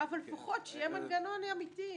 אבל לפחות שיהיה מנגנון אמיתי.